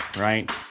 right